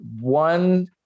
one